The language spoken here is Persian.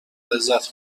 لذت